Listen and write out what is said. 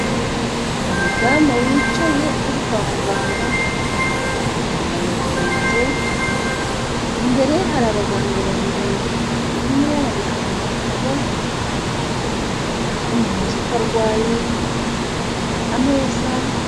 Umudamu wicaye uri kwa muganga yambaye ibitenge imbere hari abaganga babiri umwe yandika mu gitabo, umubaza uko arwaye ameza.